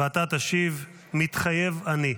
ואתה תשיב: "מתחייב אני".